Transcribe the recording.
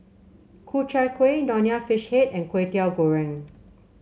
Ku Chai Kueh Nonya Fish Head and Kwetiau Goreng